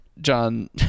John